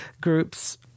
groups